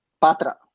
Patra